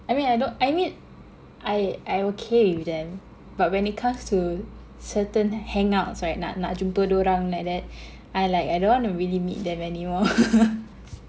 I mean I don't I mean I I okay with them but when it comes to certain hangouts right nak nak jumpa dua orang like that I like I don't wanna really meet them anymore